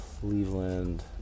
Cleveland